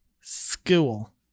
school